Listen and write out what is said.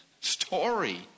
story